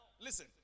listen